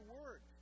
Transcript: word